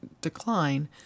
decline